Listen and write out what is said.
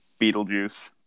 Beetlejuice